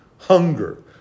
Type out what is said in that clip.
hunger